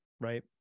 right